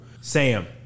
Sam